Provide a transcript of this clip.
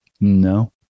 No